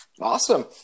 Awesome